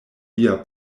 lia